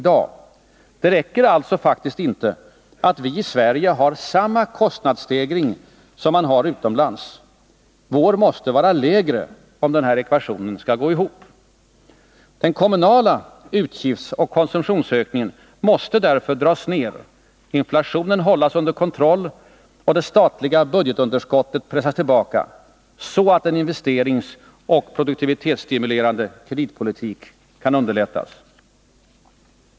Det räcker alltså inte att vi i Sverige har samma kostnadsstegring som omvärlden. Vår måste vara lägre, om ekvationen skall gå ihop. Den kommunala utgiftsoch konsumtionsökningen måste dras ned, inflationen hållas under kontroll och det statliga budgetunderskottet pressas tillbaka, så att en investeringsoch produktivitetsstimulerande kreditpolitik underlättas.